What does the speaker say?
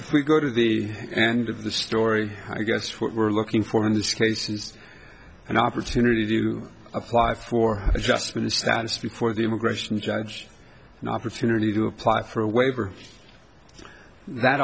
if we go to the end of the story i guess what we're looking for in this case is an opportunity to apply for adjustment of status before the immigration judge an opportunity to apply for a waiver that